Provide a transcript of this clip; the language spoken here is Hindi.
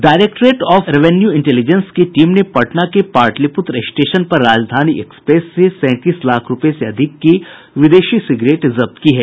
डायरेक्ट्रेट ऑफ रेवन्यू इंटेलिजेंस की टीम ने पटना के पाटलिपूत्र स्टेशन पर राजधानी एक्सप्रेस से सैंतीस लाख रूपये से अधिक की विदेशी सिगरेट जब्त की है